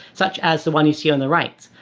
such as the one you see on the right.